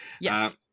Yes